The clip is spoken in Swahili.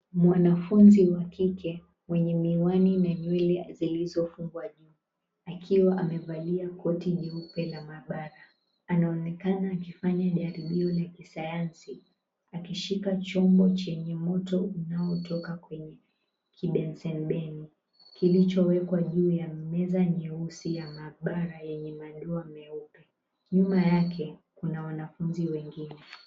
Mwanafunzi wa kike wenye miwani na nywele zilizofungwa juu, akiwa amevalia koti jeupe na maabara, anaonekana akifanya jaribio la kisayansi. Akishika chombo chenye moto unaotoka kwenye kibunsen burner kilichowekwa juu ya meza nyeusi ya maabara yenye madoa meupe. Nyuma yake kuna wanafunzi wengine.